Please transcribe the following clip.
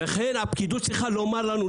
לכן הפקידות צריכה לומר לנו,